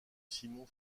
simon